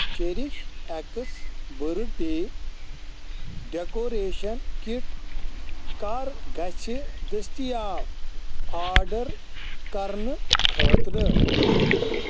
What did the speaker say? چیٚرِش X birthday decoration kit کر گژھِ دٔستیاب آڈر کرنہٕ خٲطرٕ؟